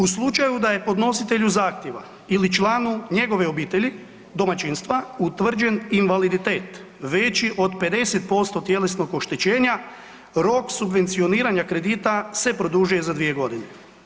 U slučaju da je podnositelju zahtjeva ili članu njegove obitelji, domaćinstva utvrđen invaliditet veći od 50% tjelesnog oštećenja, rok subvencioniranja kredita se produžuje za 2 godine.